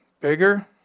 bigger